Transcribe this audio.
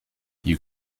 you